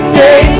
day